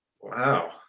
Wow